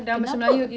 kenapa